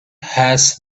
has